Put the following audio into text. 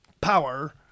power